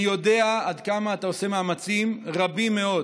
אני יודע עד כמה אתה עושה מאמצים רבים מאוד